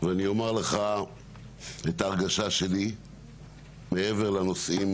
ואני אומר לך את ההרגשה שלי מעבר לנושאים